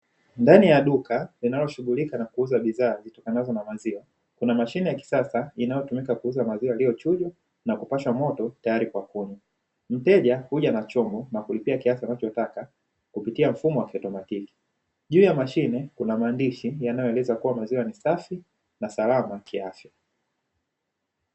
Ndani ya duka linaoshughulika na kuuza bidhaa zitokanazo na maziwa kuna mashine ya kisasa inayotumika kuuza maziwa yaliyochujwa na kupashwa moto tayari kwa kunywa. Mteja huja na chombo na kulipia kiasi anachotaka kupitia mfumo wa kiotomatiki. Juu ya mashine kuna maandishi yanayoeleza kuwa maziwa ni safi na salama kiafya.